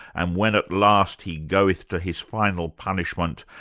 and when at last he goeth to his final punishment,